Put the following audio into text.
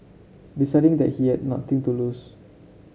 deciding that he had nothing to lose